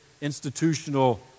institutional